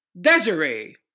Desiree